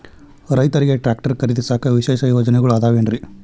ರೈತರಿಗೆ ಟ್ರ್ಯಾಕ್ಟರ್ ಖರೇದಿಸಾಕ ವಿಶೇಷ ಯೋಜನೆಗಳು ಅದಾವೇನ್ರಿ?